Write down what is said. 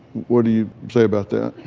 what do you say about that?